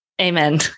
Amen